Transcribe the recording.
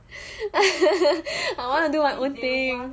I want to do my own thing